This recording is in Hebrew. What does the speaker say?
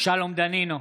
שלום דנינו,